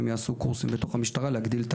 הם יעשו קורסים בתוך המשטרה כדי להגדיל את